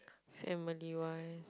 family wise